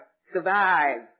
survive